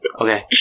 Okay